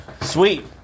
Sweet